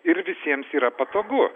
ir visiems yra patogu